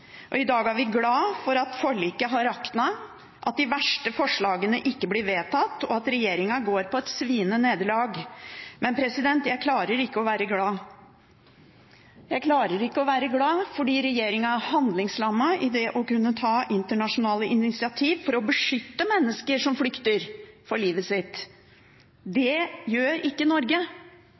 og i dag er vi glad for at forliket har raknet, at de verste forslagene ikke blir vedtatt, og at regjeringen går på et sviende nederlag. Men jeg klarer ikke å være glad. Jeg klarer ikke å være glad, fordi regjeringen er handlingslammet i det å kunne ta internasjonale initiativ for å beskytte mennesker som flykter for livet. Det gjør ikke Norge.